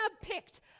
picked